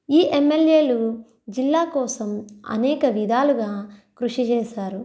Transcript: ఈ ఎమ్మెల్యేలు జిల్లా కోసం అనేక విధాలుగా కృషి చేశారు